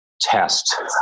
Test